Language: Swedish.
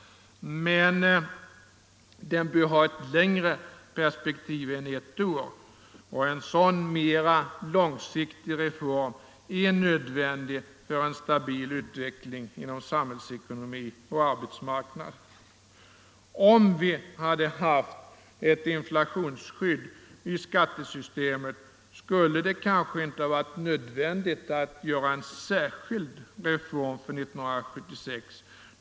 Men den bör ha ett längre perspektiv än ett år. En sådan mera långsiktig reform är nödvändig för en stabil utveckling inom samhällsekonomi och arbetsmarknad. Om vi hade haft ett inflationsskydd i skattesystemet skulle det kanske inte varit nödvändigt att göra en särskild reform för 1976.